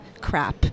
crap